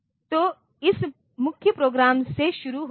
तो इस मुख्य प्रोग्राम से शुरू होता है